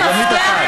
סגנית השר,